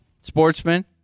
Sportsman